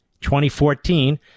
2014